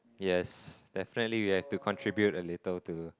yes definitely you have to contribute a little to